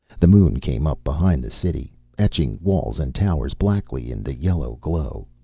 the moon came up behind the city, etching walls and towers blackly in the yellow glow.